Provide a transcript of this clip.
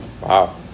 Wow